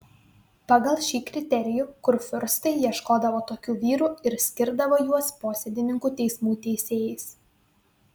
pagal šį kriterijų kurfiurstai ieškodavo tokių vyrų ir skirdavo juos posėdininkų teismų teisėjais